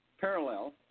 parallel